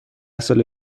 سال